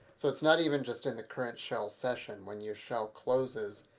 so it's not even just in the current shell session. when your shell closes,